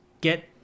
get